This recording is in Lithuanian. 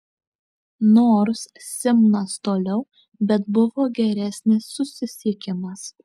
nors simnas toliau bet buvo geresnis susisiekimas